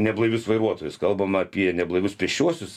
neblaivius vairuotojus kalbam apie neblaivius pėsčiuosius